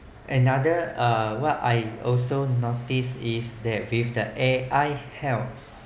another uh what I also noticed is that with the A_I's help